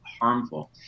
harmful